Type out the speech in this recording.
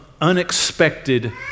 unexpected